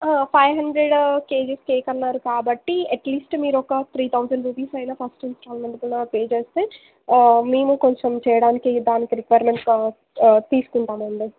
five hundred kgs cake అన్నారు కాబట్టి at least మీరు ఒక త్రీ థౌజండ్ రూపీస్ అయిన ఫస్ట్ ఇన్స్టాల్మెంట్లో పే చేస్తే మేము కొంచెం చేయడానికి దానికి కొంచెం రిక్వయిర్మెంట్ తీసుకుంటాం అండి